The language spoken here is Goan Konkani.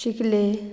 चिखलें